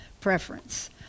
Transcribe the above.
preference